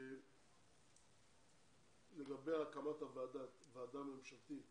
לגבי הקמת ועדה ממשלתית